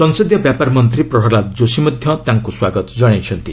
ସଂସଦୀୟ ବ୍ୟାପାର ମନ୍ତ୍ରୀ ପ୍ରହଲ୍ଲାଦ ଯୋଷୀ ମଧ୍ୟ ତାଙ୍କୁ ସ୍ୱାଗତ ଜଣାଇଛନ୍ତି